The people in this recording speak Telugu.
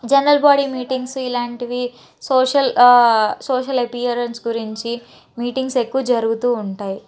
జనరల్ బాడీ మీటింగ్సు ఇలాంటివి సోషల్ సోషల్ యపియరన్స్ గురించి మీటింగ్స్ ఎక్కువ జరుగుతూ ఉంటాయి